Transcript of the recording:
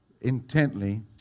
intently